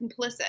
complicit